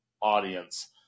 audience